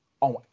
on